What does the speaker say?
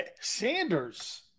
Sanders